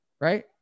Right